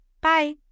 Bye